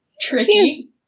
tricky